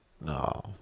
No